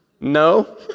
No